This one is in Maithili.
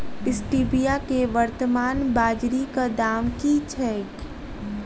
स्टीबिया केँ वर्तमान बाजारीक दाम की छैक?